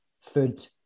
food